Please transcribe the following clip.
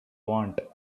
want